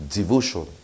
devotion